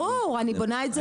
ברור אני בונה את זה איתם.